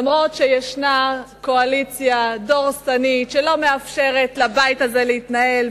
אף-על-פי שיש קואליציה דורסנית שלא מאפשרת לבית הזה להתנהל,